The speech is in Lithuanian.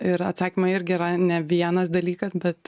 ir atsakymai irgi yra ne vienas dalykas bet ką